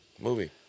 movie